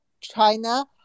China